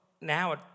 now